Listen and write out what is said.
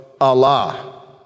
Allah